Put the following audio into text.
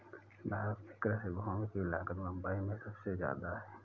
भारत में कृषि भूमि की लागत मुबई में सुबसे जादा है